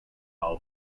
auf